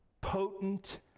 potent